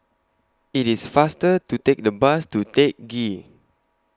IT IS faster to Take The Bus to Teck Ghee